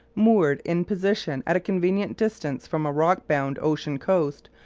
moored in position at a convenient distance from a rock-bound ocean coast,